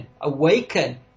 Awaken